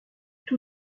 tous